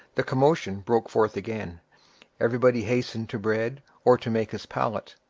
the commotion broke forth again everybody hastened to bread, or to make his pallet.